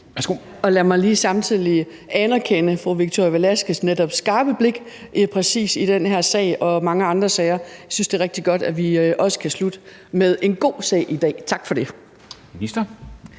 Lad mig lige samtidig anerkende fru Victoria Velasquez' netop skarpe blik præcis i den her sag og i mange andre sager. Jeg synes også, det er rigtig godt, at vi kan slutte med en god sag i dag. Tak for det.